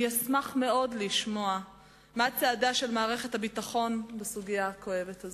אני אשמח מאוד לשמוע מה צעדיה של מערכת הביטחון בסוגיה הכואבת הזאת.